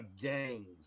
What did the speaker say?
gangs